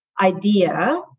idea